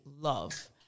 love